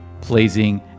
pleasing